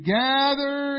gather